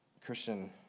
Christian